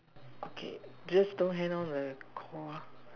okay just don't hang up the Call